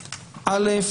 ראשית,